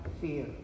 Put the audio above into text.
fear